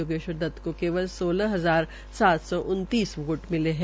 योगेश्वर दत को केवल सोलह हजार सात सौ उन्तीस वोट मिले है